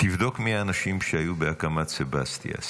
תבדוק מי האנשים שהיו בהקמת סבסטיה.